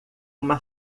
uma